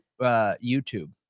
YouTube